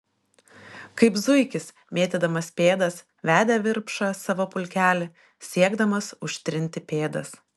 kaip zuikis mėtydamas pėdas vedė virpša savo pulkelį siekdamas užtrinti pėdas